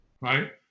right